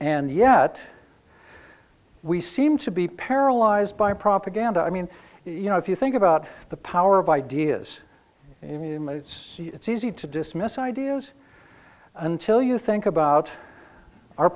yet we seem to be paralyzed by propaganda i mean you know if you think about the power of ideas it's it's easy to dismiss ideas until you think about our